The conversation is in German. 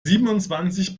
siebenundzwanzig